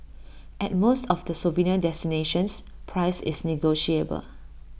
at most of the souvenir destinations price is negotiable